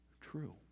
true